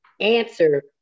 answer